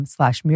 Slash